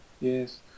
Yes